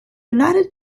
united